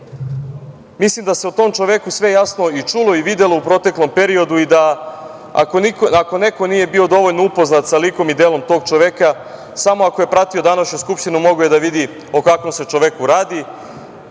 mislim da se o tom čoveku sve jasno i čulo i videlo u proteklom periodu i da, ako neko nije bio dovoljno upoznat sa likom i delom tog čoveka, samo ako je pratio današnju Skupštinu mogao je da vidi o kakvom se čoveku radi